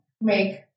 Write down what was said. make